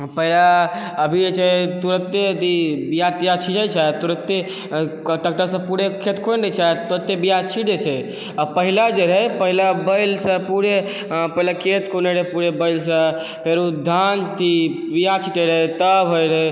अभी जे छै तुरते अथी बिया तिया छींटै छै तुरते ट्रैक्टर से पूरे खेत कोरि लै छै तुरते बीया छींट दै छै आ पहिले जे रहै पहिले बैल से पूरे पहिले खेत खुनै रहै पूरे बैल से फेर धानके बीया छींटै रहै तब होइ रहै